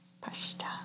Pasta